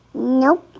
no,